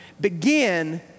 begin